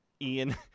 ian